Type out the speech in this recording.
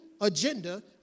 agenda